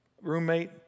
roommate